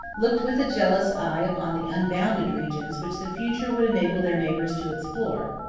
looked with a jealous eye upon the unbounded regions which the future would enable their neighbors to explore.